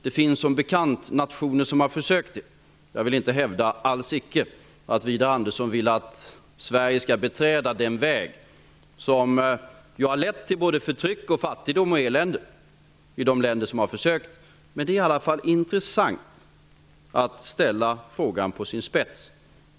Det finns som bekant nationer som har försökt det. Jag vill alls icke hävda att Widar Andersson vill att Sverige skall beträda den väg som har lett till förtryck, fattigdom och elände i de länder som har försökt. Det är i alla fall intressant att ställa frågan på sin spets.